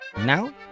Now